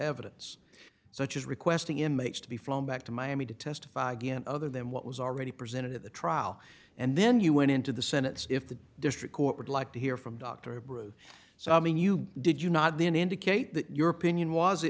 evidence such as requesting him to be flown back to miami to testify again other than what was already presented at the trial and then you went into the senate if the district court would like to hear from dr bruce so i mean you did you not then indicate that your opinion was it